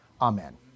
Amen